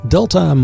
Delta